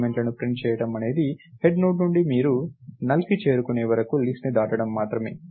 ఎలిమెంట్లను ప్రింట్ చేయడం అనేది హెడ్ నోడ్ నుండి మీరు nullకి చేరుకునే వరకు లిస్ట్ ను దాటడం మాత్రమే